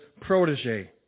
protege